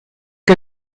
que